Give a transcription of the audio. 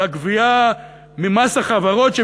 אבל הגבייה של מס החברות,